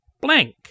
blank